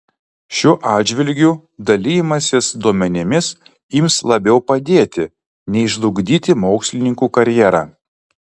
šiuo atžvilgiu dalijimasis duomenimis ims labiau padėti nei žlugdyti mokslininkų karjerą